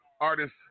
artist